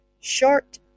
short